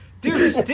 Dude